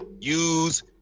use